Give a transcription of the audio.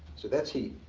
so that's heat.